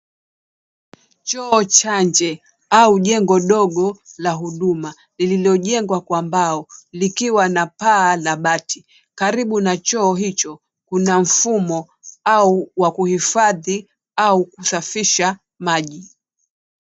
Choo cha nje au jengo dogo la huduma, lililojengwa kwa mbao likiwa na paa la bati. Karibu na choo hicho, kuna mfumo au wa kuhifadhi au kusafisha maji.